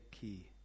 key